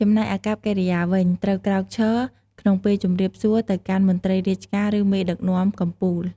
ចំណែកអាកប្បកិរិយាវិញ ត្រូវក្រោកឈរ ក្នុងពេលជម្រាបសួរទៅកាន់មន្រ្តីរាជការ ឫមេដឹកនាំកំពូល។